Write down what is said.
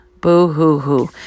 Boo-hoo-hoo